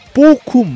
pouco